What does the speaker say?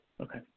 Okay